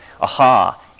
Aha